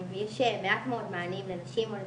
יש מעט מאוד מענים לנשים או לצעירות.